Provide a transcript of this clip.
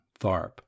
Tharp